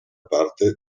parte